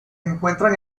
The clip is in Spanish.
encuentran